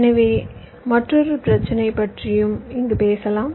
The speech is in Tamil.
எனவே மற்றொரு பிரச்சினை பற்றியும் பேசலாம்